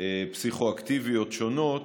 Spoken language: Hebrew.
פסיכו-אקטיביות שונות,